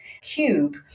cube